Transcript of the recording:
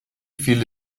viele